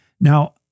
Now